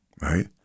right